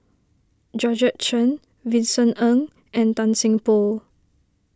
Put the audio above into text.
Georgette Chen Vincent Ng and Tan Seng Poh